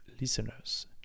listeners